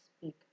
speak